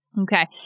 Okay